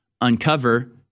uncover